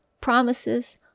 promises